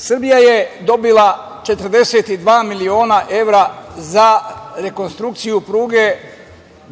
Srbija je dobila 42 miliona evra za rekonstrukciju pruge